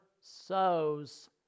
sows